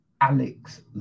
Alex